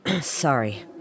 Sorry